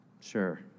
Sure